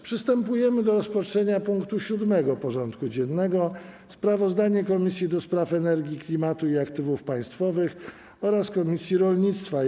Przystępujemy do rozpatrzenia punktu 7. porządku dziennego: Sprawozdanie Komisji do Spraw Energii, Klimatu i Aktywów Państwowych oraz Komisji Rolnictwa i